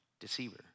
deceiver